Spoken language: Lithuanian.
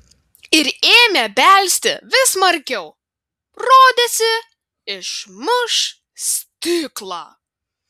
ir ėmė belsti vis smarkiau rodėsi išmuš stiklą